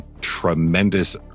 tremendous